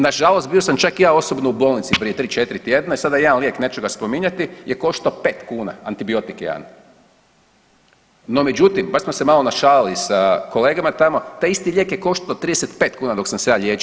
Nažalost bio sam čak i ja osobno u bolnici prije 3-4 tjedna i sada jedan lijek neću ga spominjati je koštao 5 kuna, antibiotik jedan, no međutim, baš smo se malo našali sa kolegama tamo, taj isti lijek je koštao 35 kuna dok sam se ja liječio.